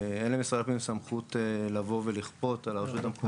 אין למשרד הפנים סמכות לבוא ולכפות על הרשות המקומית.